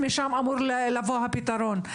משם אמור לבוא הפתרון.